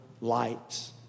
lights